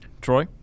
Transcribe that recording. troy